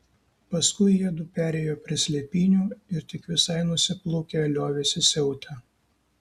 paskui jiedu perėjo prie slėpynių ir tik visai nusiplūkę liovėsi siautę